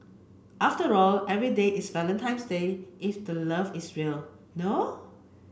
after all every day is Valentine's Day if the love is real no